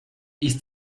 ist